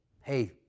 hey